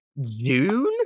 June